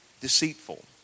deceitful